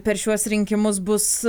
per šiuos rinkimus bus